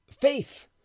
faith